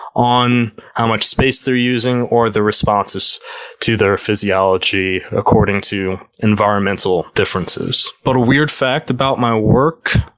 on how much space they're using or the responses to their physiology according to environmental differences. but a weird fact about my work,